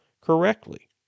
correctly